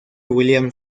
william